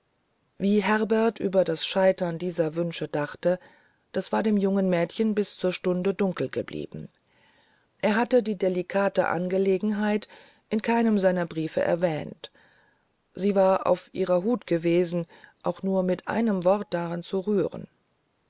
wie herbert über das scheitern dieser wünsche dachte das war dem jungen mädchen bis zur stunde dunkel geblieben er hatte die delikate angelegenheit in keinem seiner briefe erwähnt und sie war auf ihrer hut gewesen auch nur mit einem worte daran zu rühren